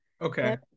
Okay